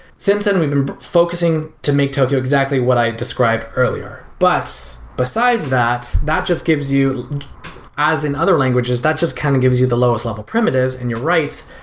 since then, we've been focusing to make tokio exactly what i describe earlier but besides that, that just gives you as in other languages, that just kind of gives you the lowest level primitives and you're right,